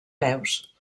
peus